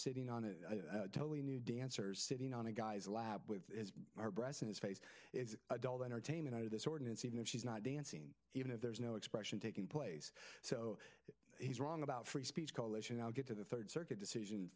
sitting on a totally new dancers sitting on a guy's lab with our breasts in his face is adult entertainment out of this ordinance even if she's not dancing even if there's no expression taking place so he's wrong about free speech coalition i'll get to the third circuit decision